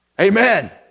Amen